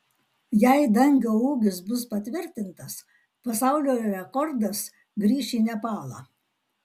jei dangio ūgis bus patvirtintas pasaulio rekordas grįš į nepalą